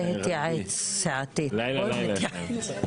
-- שלא בעתיד איכשהו בטעות לא נחליף את נתניהו.